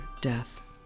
death